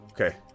Okay